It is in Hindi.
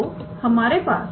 तो हमारे पास